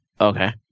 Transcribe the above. Okay